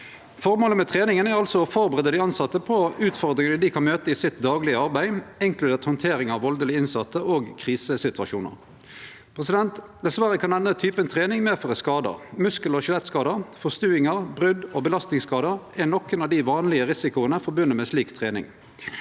Føremålet med treninga er altså å førebu dei tilsette på utfordringane dei kan møte i sitt daglege arbeid, inkludert handtering av valdelege innsette og krisesituasjonar. Dessverre kan denne typen trening medføre skadar. Muskel- og skjelettskadar, forstuingar, brot og belastningsskadar er nokre av dei vanlege risikoane som er forbundne med slik trening.